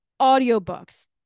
audiobooks